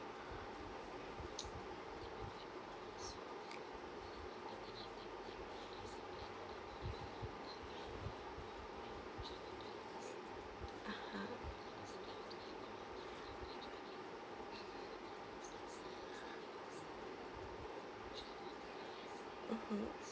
(uh huh) mmhmm